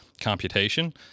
computation